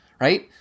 right